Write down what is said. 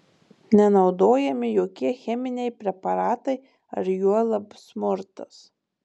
nenaudojami jokie cheminiai preparatai ar juolab smurtas